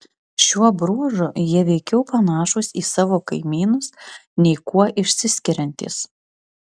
šiuo bruožu jie veikiau panašūs į savo kaimynus nei kuo išsiskiriantys